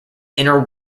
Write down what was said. inner